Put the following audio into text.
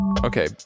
Okay